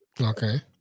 Okay